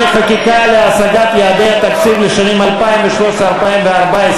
(תיקוני חקיקה להשגת יעדי התקציב לשנים 2013 ו-2014),